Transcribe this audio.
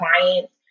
clients